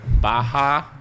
Baja